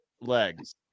legs